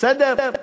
בסדר?